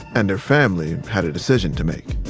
and her family had a decision to make